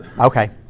Okay